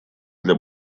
для